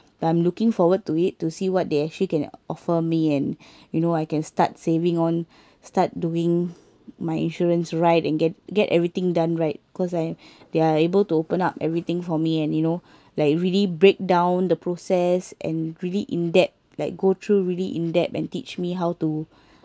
but I'm looking forward to it to see what they actually can offer me and you know I can start saving on start doing my insurance right and get get everything done right cause I they're able to open up everything for me and you know like really break down the process and really in depth like go through really in depth and teach me how to